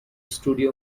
studio